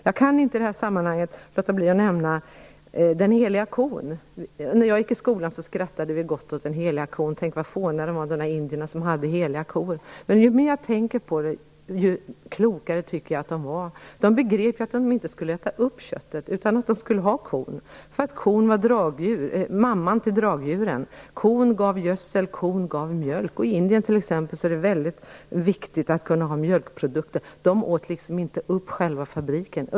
Jag kan inte låta bli att i det här sammanhanget nämna den heliga kon. När jag gick i skolan skrattade vi gott åt den heliga kon och tyckte att indierna var fåniga som hade heliga kor. Ju mer jag tänkte på det, desto klokare tyckte jag att de var. De begrep att de inte skulle äta upp köttet utan i stället ha kon. Kon var mamman till dragdjuren. Kon gav gödsel, kon gav mjölk, och i t.ex. Indien är det väldigt viktigt att kunna få mjölkprodukter. De åt inte upp själva fabriken.